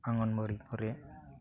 ᱚᱝᱜᱚᱱᱳᱣᱟᱨᱤ ᱠᱚᱨᱮ